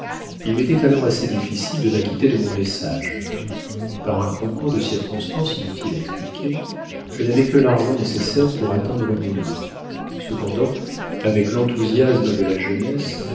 il m'était alors assez difficile de m'acquitter de mon message par un concours de circonstances inutiles à expliquer je n'avais que l'argent nécessaire pour atteindre moulins cependant avec l'enthousiasme de la jeunesse